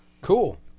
Cool